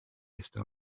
esta